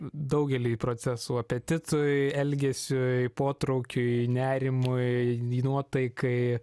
daugeliui procesų apetitui elgesiui potraukiui nerimui nuotaikai